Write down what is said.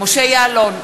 משה יעלון,